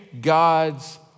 God's